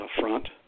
front